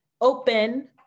open